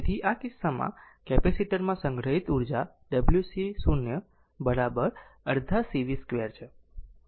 તેથી આ કિસ્સામાં કેપેસિટર માં સંગ્રહિત ઊર્જા આ w c 0 અડધા c v 0 2 છે